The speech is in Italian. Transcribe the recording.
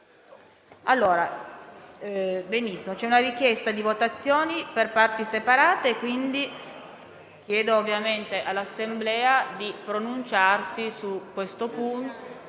una richiesta di votazione per parti separate, chiedo all'Assemblea di pronunciarsi su questo punto.